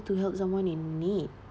to help someone in need